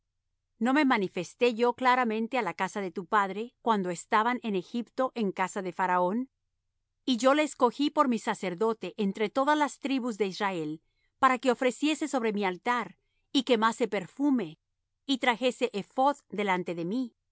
no me manifesté yo claramente á la casa de tu padre cuando estaban en egipto en casa de faraón y yo le escogí por mi sacerdote entre todas las tribus de israel para que ofreciese sobre mi altar y quemase perfume y trajese ephod delante de mí